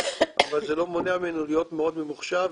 אבל זה לא מונע ממנו להיות מאוד ממוחשב,